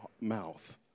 mouth